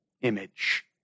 image